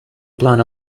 plan